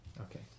Okay